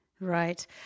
Right